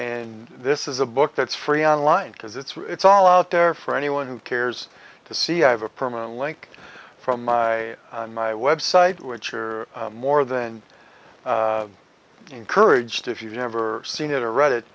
and this is a book that's free on line because it's all out there for anyone who cares to see i have a permanent link from my on my website which are more than encouraged if you've never seen it or read it